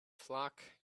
flock